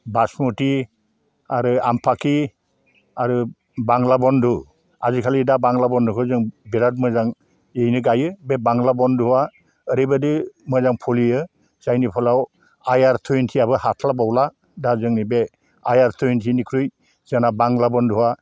बासमुथि आरो आमफाखि आरो बांलाबन्दु आजिखालि दा बांला बन्दुखौ बिराथ मोजाङैनो गायो बे बांलाबन्दुआ ओरैबायदि मोजां फ'लियो जायनि फलआव आइयार थुइनथिआबो हास्लाबावला दा जोंनि बे आइयार थुइनथिख्रुइ जोंना बांला बन्दुआ